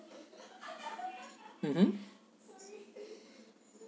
mmhmm